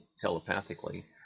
telepathically